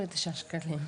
99 ₪.